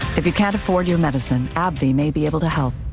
if you can't afford your medicine at the may be able to help.